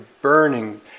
burning